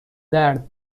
درد